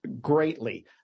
greatly